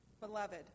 Beloved